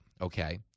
Okay